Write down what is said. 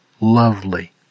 lovely